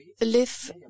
live